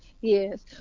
Yes